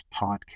podcast